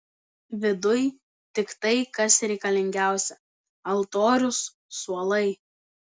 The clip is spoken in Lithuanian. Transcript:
viduj tik tai kas reikalingiausia altorius suolai